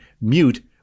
mute